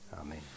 Amen